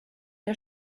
der